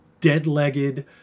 dead-legged